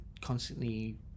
constantly